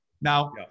now